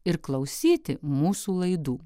ir klausyti mūsų laidų